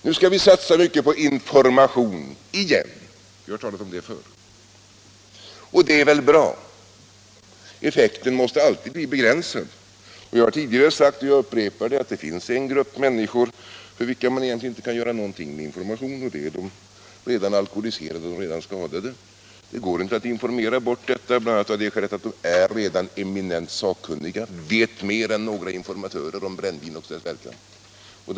Nu skall vi satsa mycket på information — igen. Vi har talat om det förr och det är väl bra, men effekten blir alltid begränsad. Det finns en grupp människor för vilka man inte kan göra någonting med information, och det är de redan alkoholiserade, de redan skadade. Det går inte att informera bort detta, bl.a. av det skälet att de redan är eminent sakkunniga, vet mer än några informatörer om brännvin och dess verkan.